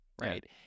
Right